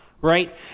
right